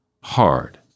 hard